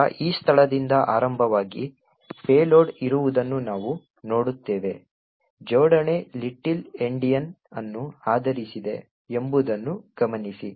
ನಂತರ ಈ ಸ್ಥಳದಿಂದ ಆರಂಭವಾಗಿ ಪೇಲೋಡ್ ಇರುವುದನ್ನು ನಾವು ನೋಡುತ್ತೇವೆ ಜೋಡಣೆ ಲಿಟಲ್ ಎಂಡಿಯನ್ ಅನ್ನು ಆಧರಿಸಿದೆ ಎಂಬುದನ್ನು ಗಮನಿಸಿ